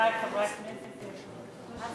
חברי חברי הכנסת השורדים,